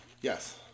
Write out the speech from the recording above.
Yes